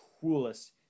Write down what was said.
coolest